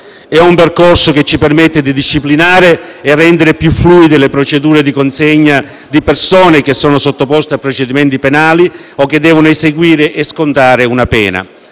È un percorso che ci permette di disciplinare e rendere più fluide le procedure di consegna di persone che sono sottoposte a procedimenti penali o che devono eseguire e scontare una pena.